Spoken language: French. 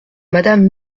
madame